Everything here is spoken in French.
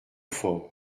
fort